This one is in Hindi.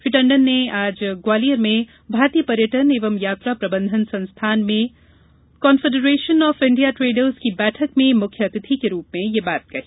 श्री टंडन ने आज ग्वालियर में भारतीय पर्यटन एवं यात्रा प्रबंधन संस्थान में कॉन्फेडरेशन ऑफ इंडिया ट्रेडर्स की बैठक में मुख्य अतिथि के रूप में ये बात कही